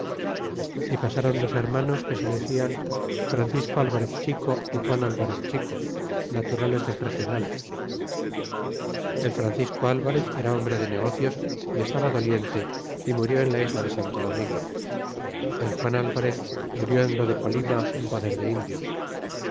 y pasaron dos hermanos que se decian francisco alvarez chico y juan alvarez chico naturales de fregenal el francisco alvarez era hombre de negocios y estaba doliente y murió en la isla de santo domingo el juan alvarez murió en lo de colima en poder de indios